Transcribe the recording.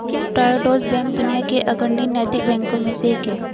Triodos Bank दुनिया के अग्रणी नैतिक बैंकों में से एक है